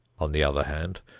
on the other hand,